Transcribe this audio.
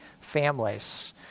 families